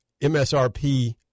MSRP